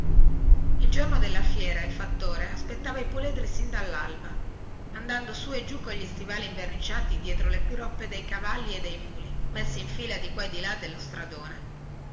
il giorno de la fiera il fattore aspettava i puledri sin dallalba andando su e giù cogli stivali inverniciati dietro le groppe dei cavalli e dei muli messi in fila di qua e di là dello stradone